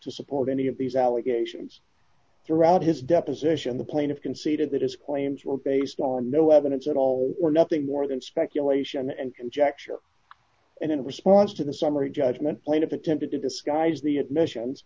to support any of these allegations throughout his deposition the plaintiff conceded that his claims were based on no evidence at all or nothing more than speculation and conjecture and in response to the summary judgment plaintiff attempted to disguise the admissions